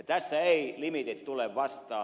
tässä eivät limiitit tule vastaan